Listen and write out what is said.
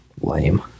Lame